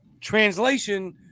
Translation